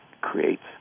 creates